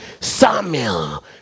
Samuel